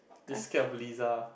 you scared of Lisa